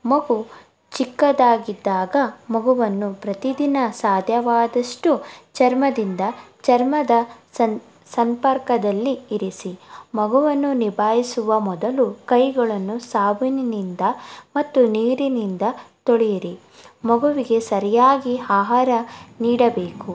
ಮಗು ಚಿಕ್ಕದಾಗಿದ್ದಾಗ ಮಗುವನ್ನು ಪ್ರತಿದಿನ ಸಾಧ್ಯವಾದಷ್ಟು ಚರ್ಮದಿಂದ ಚರ್ಮದ ಸನ್ ಸಂಪರ್ಕದಲ್ಲಿ ಇರಿಸಿ ಮಗುವನ್ನು ನಿಭಾಯಿಸುವ ಮೊದಲು ಕೈಗಳನ್ನು ಸಾಬೂನಿನಿಂದ ಮತ್ತು ನೀರಿನಿಂದ ತೊಳೆಯಿರಿ ಮಗುವಿಗೆ ಸರಿಯಾಗಿ ಆಹಾರ ನೀಡಬೇಕು